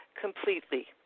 completely